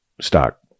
stock